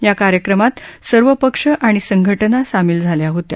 या कार्यक्रमात सर्व पक्ष आणि संघटना सामील झाल्या होत्या